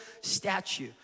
statue